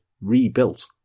rebuilt